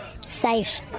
safe